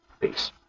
Peace